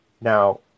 Now